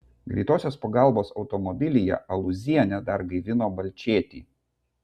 greitosios pagalbos automobilyje alūzienė dar gaivino balčėtį